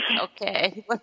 okay